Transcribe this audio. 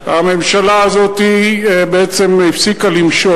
הממשלה הזאת הפסיקה למשול.